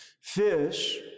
Fish